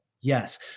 Yes